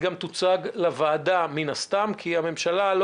תוצג גם לוועדה מן הסתם כי הממשלה לא